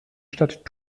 stadt